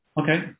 Okay